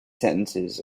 sentences